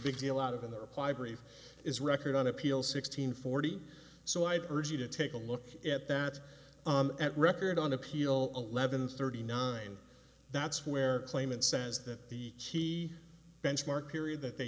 big deal out of in the reply brief is record on appeal sixteen forty so i'd urge you to take a look at that record on appeal eleven thirty nine that's where claimant says that the key benchmark period that they